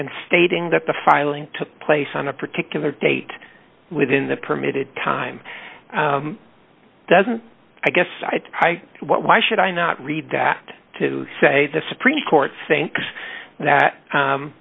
and stating that the filing took place on a particular date within the permitted time doesn't i guess why should i not read that to say the supreme court thinks that